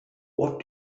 what